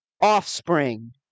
offspring